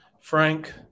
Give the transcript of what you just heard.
Frank